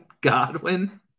Godwin